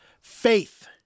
Faith